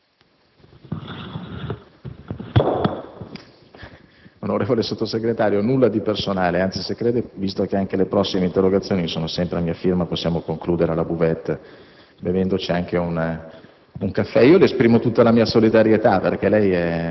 facoltà. BUTTI *(AN)*. Onorevole Sottosegretario, nulla di personale, anzi se crede, visto che anche le prossime interrogazioni sono sempre a mia firma, possiamo concludere alla *buvette* bevendoci un